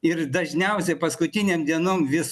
ir dažniausiai paskutinėm dienom vis